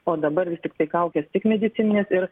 o dabar vis tiktai kaukės tik medicininės ir